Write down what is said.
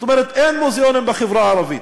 זאת אומרת, אין מוזיאונים בחברה הערבית.